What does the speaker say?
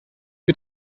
wir